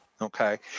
Okay